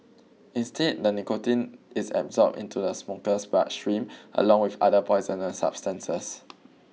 instead the nicotine is absorbed into the smoker's bloodstream along with other poisonous substances